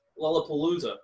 Lollapalooza